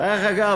דרך אגב,